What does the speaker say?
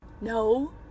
No